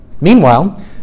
Meanwhile